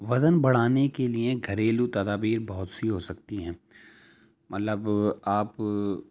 وزن بڑھانے کے لیے گھریلو تدابیر بہت سی ہو سکتی ہیں مطلب آپ